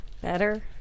Better